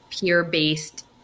peer-based